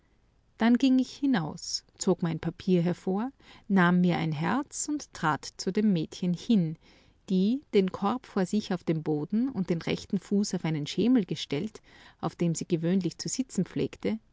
dann ging ich hinaus zog mein papier hervor nahm mir ein herz und trat zu dem mädchen hin die den korb vor sich auf dem boden und den rechten fuß auf einen schemel gestellt auf dem sie gewöhnlich zu sitzen pflegte